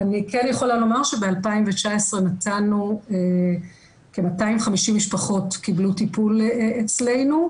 אני כן יכולה לומר שב-2019 כ-250 משפחות קיבלו טיפול אצלנו.